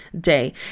day